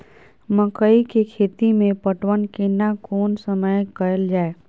मकई के खेती मे पटवन केना कोन समय कैल जाय?